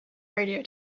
radio